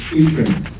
interest